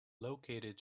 located